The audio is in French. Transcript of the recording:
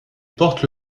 porte